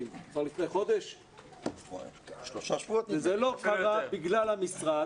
כבר לפני כשלושה שבועות אבל זה לא קרה בגלל המשרד